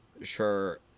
sure